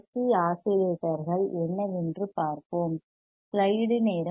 C ஆஸிலேட்டர்கள் என்னவென்று பார்ப்போம்